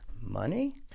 Money